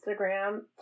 instagram